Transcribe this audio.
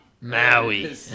Maui